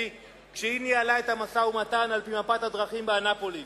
כשהיא ניהלה את המשא-ומתן על-פי מפת הדרכים באנאפוליס,